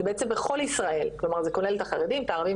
זה בעצם בכל ישראל כלומר זה כולל את החרדים את הערבים